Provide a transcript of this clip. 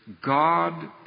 God